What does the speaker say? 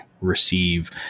receive